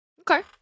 okay